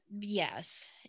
Yes